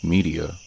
Media